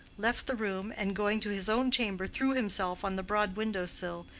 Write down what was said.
left the room, and going to his own chamber threw himself on the broad window-sill,